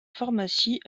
pharmacie